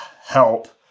help